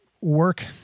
work